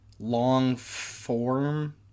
long-form